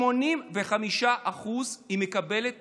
85% היא מקבלת